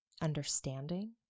understanding